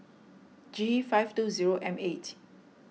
G five two zero M eight